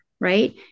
right